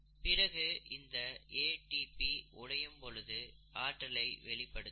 பிறகு இந்த ATP உடையும் பொழுது ஆற்றலை வெளிப்படுத்தும்